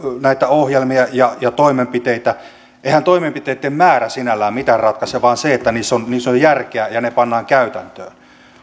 näitä ohjelmia ja ja toimenpiteitä eihän toimenpiteitten määrä sinällään mitään ratkaise vaan se että niissä on järkeä ja ne pannaan käytäntöön